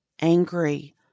angry